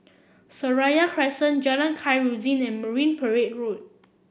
Seraya Crescent Jalan Khairuddin and Marine Parade Road